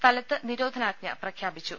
സ്ഥലത്ത് നിരോധനാജ്ഞ പ്രഖ്യാപിച്ചു